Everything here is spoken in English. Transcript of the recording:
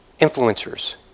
Influencers